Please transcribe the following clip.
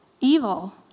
evil